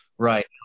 Right